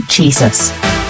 Jesus